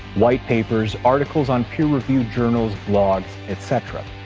white papers, articles on peer-reviewed journals, blogs, etc.